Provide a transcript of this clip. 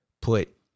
Put